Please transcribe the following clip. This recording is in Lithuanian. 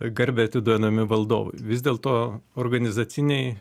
garbę atiduodami valdovui vis dėlto organizaciniai